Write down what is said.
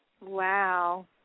Wow